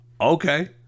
Okay